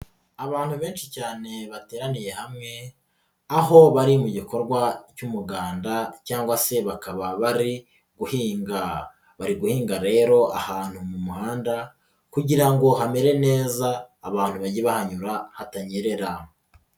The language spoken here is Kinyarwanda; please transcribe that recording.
Abantu benshi cyane bateraniye hamwe aho bari mu gikorwa cy'umuganda cyangwa se bakaba bari guhinga, bari guhinga rero ahantu mu muhanda kugira ngo hamere neza abantu bajye banhanyura hatanyerera.